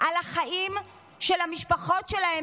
על החיים של המשפחות שלהן,